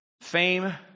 fame